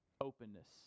openness